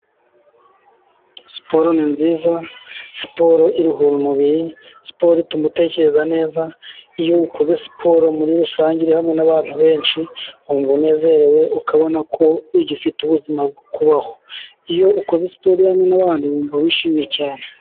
Siporo ni nziza siporo iruhura umubiri, siporo ituma utekereza neza iyo ukoze siporo muri rusange uri hamwe n'abantu benshi, wumva unezerewe ukabona ko ugifite ubuzima bwo kubaho, iyo ukoze siporo uri hamwe n'abandi wumva wishimye cyane.